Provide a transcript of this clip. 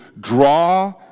draw